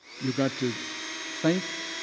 you got to think,